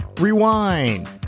Rewind